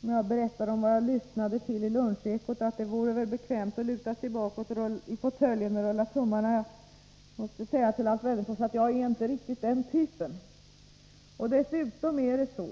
som jag berättade att jag hörde i Lunchekot att det väl vore bekvämt att luta sig bakåt i fåtöljen och rulla tummarna. Jag måste säga till Alf Wennerfors att jag inte riktigt är den typen av människa.